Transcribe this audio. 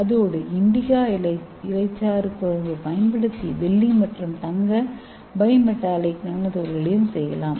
அதோடு இண்டிகா இலை சாறு குழம்பு பயன்படுத்தி வெள்ளி மற்றும் தங்க பைமெட்டாலிக் நானோ துகள்களையும் செய்யலாம்